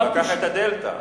הוא לקח את הדלתא.